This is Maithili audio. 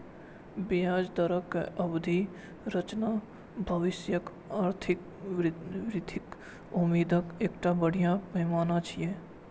ब्याज दरक अवधि संरचना भविष्यक आर्थिक वृद्धिक उम्मीदक एकटा बढ़िया पैमाना छियै